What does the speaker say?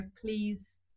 please